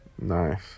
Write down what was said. Nice